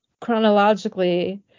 chronologically